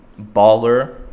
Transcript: baller